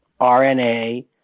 RNA